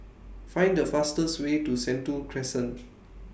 Find The fastest Way to Sentul Crescent